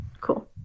Cool